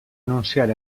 anunciar